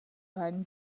vain